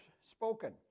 spoken